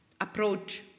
approach